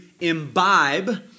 imbibe